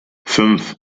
fünf